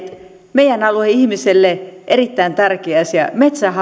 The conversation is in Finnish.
meidän alueen ihmiselle erittäin tärkeä asia metsähallitus